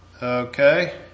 Okay